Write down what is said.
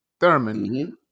Thurman